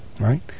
right